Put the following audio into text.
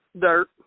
Dirt